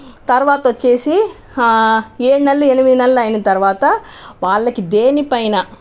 తర్వాత వచ్చేసి ఏడు నెలలు ఎనిమిది నెలలు అయిన తర్వాత వాళ్ళకి దేని పైన